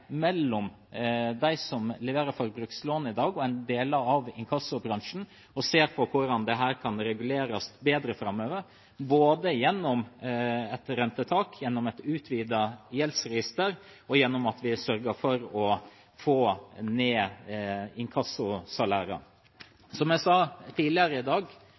mellom dem som leverer forbrukslån i dag, og deler av inkassobransjen, og hvordan dette kan reguleres bedre framover, både gjennom et rentetak, gjennom et utvidet gjeldsregister og gjennom at vi sørger for å få ned inkassosalærene. Som jeg sa tidligere i dag: